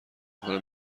کنم